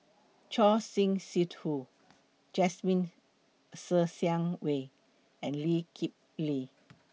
Choor Singh Sidhu Jasmine Ser Xiang Wei and Lee Kip Lee